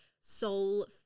soul